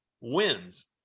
wins